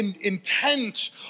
intent